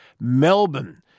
Melbourne